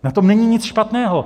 Na tom není nic špatného.